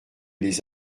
les